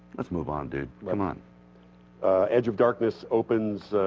let's move on to le monde ah. edge of darkness opens